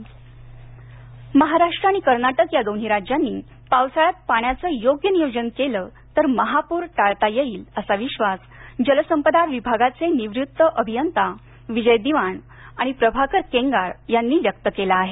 सांगली पर महाराष्ट्र आणि कर्नाटक या दोन्ही राज्यांनी पावसाळ्यात पाण्याचं योग्य नियोजन केलं तर महाप्र टाळता येईल असा विश्वास जलसंपदा विभागाचे निवृत्त अभियंता विजय दिवाण आणि प्रभाकर केंगार यांनी व्यक्त केला आहे